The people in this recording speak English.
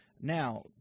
Now